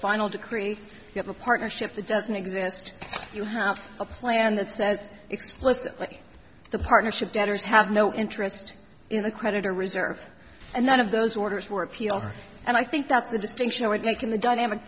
final decree you have a partnership that doesn't exist you have a plan that says explicitly the partnership debtors have no interest in the creditor reserve and none of those orders were appealed and i think that's the distinction i would make in the dynamic